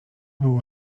było